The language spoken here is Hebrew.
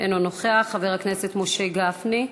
אינו נוכח, חבר הכנסת משה גפני?